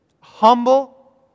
humble